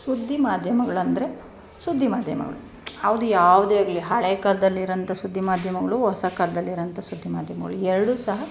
ಸುದ್ದಿ ಮಾಧ್ಯಮಗಳಂದ್ರೆ ಸುದ್ದಿ ಮಾಧ್ಯಮಗಳು ಅದು ಯಾವುದೇ ಇರಲಿ ಹಳೇ ಕಾಲ್ದಲ್ಲಿ ಇರೋಂಥ ಸುದ್ದಿ ಮಾಧ್ಯಮಗಳು ಹೊಸ ಕಾಲ್ದಲ್ಲಿ ಇರೋಂಥ ಸುದ್ದಿ ಮಾಧ್ಯಮಗಳು ಎರಡೂ ಸಹ